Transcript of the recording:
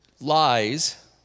lies